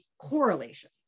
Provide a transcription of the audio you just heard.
correlation